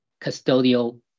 custodial